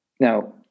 Now